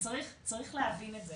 וצריך להבין את זה.